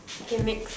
okay next